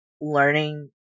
learning